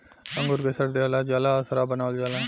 अंगूर के सड़ा दिहल जाला आ शराब बनावल जाला